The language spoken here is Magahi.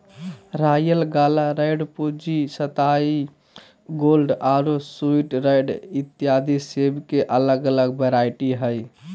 रायल गाला, रैड फूजी, सताई गोल्ड आरो स्वीट रैड इत्यादि सेब के अलग अलग वैरायटी हय